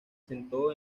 sentó